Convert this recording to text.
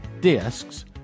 discs